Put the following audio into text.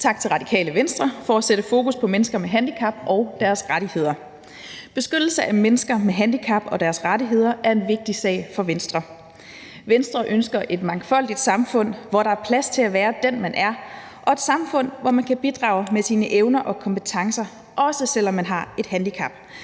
tak til Det Radikale Venstre for at sætte fokus på mennesker med handicap og deres rettigheder. Beskyttelse af mennesker med handicap og deres rettigheder er en vigtig sag for Venstre. Venstre ønsker et mangfoldigt samfund, hvor der er plads til at være den, man er, og et samfund, hvor man kan bidrage med sine evner og kompetencer, også selv om man har et handicap.